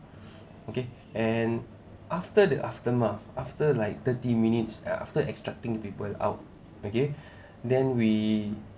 okay and after the aftermath after like thirty minutes after extracting people out okay then we